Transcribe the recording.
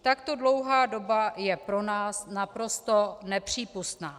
Takto dlouhá doba je pro nás naprosto nepřípustná.